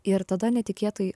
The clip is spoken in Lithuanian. ir tada netikėtai